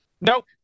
Nope